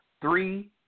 Three